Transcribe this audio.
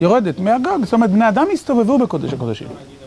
יורדת מהגג, זאת אומרת, בני אדם הסתובבו בקודש הקודשים